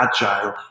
agile